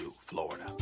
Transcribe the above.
Florida